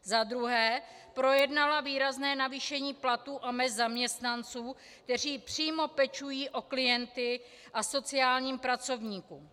2. projednala výrazné navýšení platů a mezd zaměstnanců, kteří přímo pečují o klienty, a sociálních pracovníků;